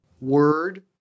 word